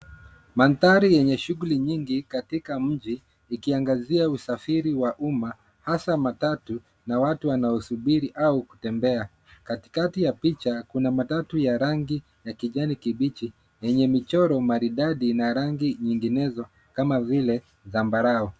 Mandhari yenye shughuli nyingi katika mji ikiangazia usafiri wa umma hasa matatu na watu wanaosubiri au kutembea. Katikati ya picha, kuna matatu ya rangi kijani kibichi yenye michoro maridadi na rangi nyinginezo kama vile zambarau.